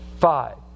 Five